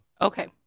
Okay